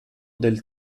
del